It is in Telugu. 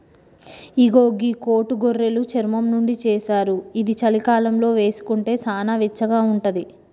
ఇగో గీ కోటు గొర్రెలు చర్మం నుండి చేశారు ఇది చలికాలంలో వేసుకుంటే సానా వెచ్చగా ఉంటది